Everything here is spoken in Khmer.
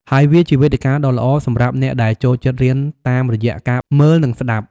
ហើយវាជាវេទិកាដ៏ល្អសម្រាប់អ្នកដែលចូលចិត្តរៀនតាមរយៈការមើល និងស្តាប់។